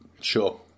Sure